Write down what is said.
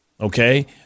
Okay